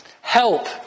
help